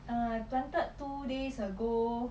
err planted two days ago